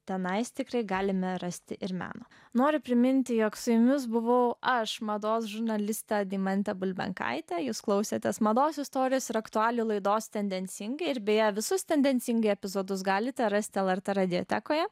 tenai tikrai galime rasti ir meno noriu priminti jog su jumis buvau aš mados žurnalistą deimantę bulbenkaitę jūs klausėtės mados istorijos ir aktualijų laidos tendencingai ir beje visus tendencingai epizodus galite rasti lrt mediatekoje